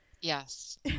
Yes